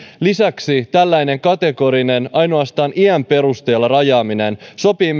lisäksi tällainen kategorinen ainoastaan iän perusteella rajaaminen sopii